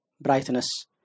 brightness